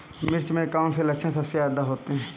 मिर्च में कौन से लक्षण सबसे ज्यादा होते हैं?